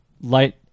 light